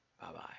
Bye-bye